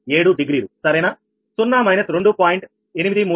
837 degree సరేనా 0 − 2